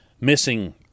missing